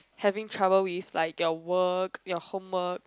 having trouble with like your work your homework